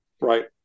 Right